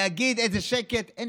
להגיד שקט, איזה שקט?